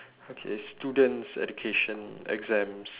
okay students education exams